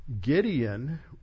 Gideon